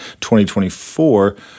2024